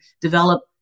develop